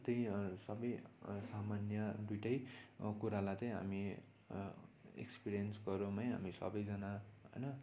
त्यही हो सब सामान्य दुइवटा कुरालाई त हामी एक्सपिरियन्स गरौँ है हामी सबजना होइन